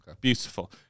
Beautiful